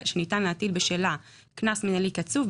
שניתן להטיל בשלה קנס מינהלי קצוב,